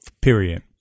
Period